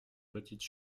petite